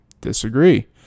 disagree